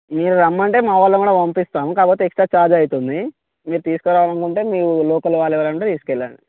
మీరు రమ్మంటే మా వాళ్ళని కూడా పంపిస్తాము కాకపోతే ఎక్స్ట్రా ఛార్జ్ అవుతుంది మీరు తీసుకురావాలనుకుంటే మీరు లోకల్ వాళ్ళు ఎవరన్నా ఉంటే తీసుకెళ్ళండి